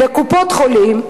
לקופות-החולים,